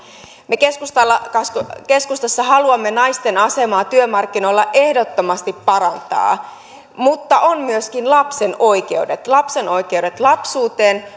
me keskustassa haluamme naisten asemaa työmarkkinoilla ehdottomasti parantaa mutta on myöskin lapsen oikeudet lapsen oikeudet lapsuuteen